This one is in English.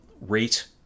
rate